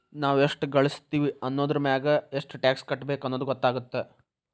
ನಾವ್ ಎಷ್ಟ ಗಳಸ್ತೇವಿ ಅನ್ನೋದರಮ್ಯಾಗ ಎಷ್ಟ್ ಟ್ಯಾಕ್ಸ್ ಕಟ್ಟಬೇಕ್ ಅನ್ನೊದ್ ಗೊತ್ತಾಗತ್ತ